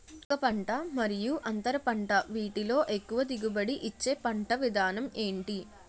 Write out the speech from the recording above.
ఒక పంట మరియు అంతర పంట వీటిలో ఎక్కువ దిగుబడి ఇచ్చే పంట విధానం ఏంటి?